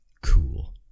Cool